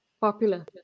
popular